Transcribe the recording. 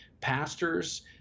pastors